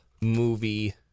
movie